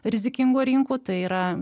rizikingų rinkų tai yra